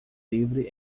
livre